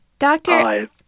Doctor